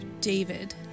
David